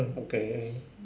okay